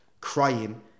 crying